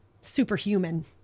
superhuman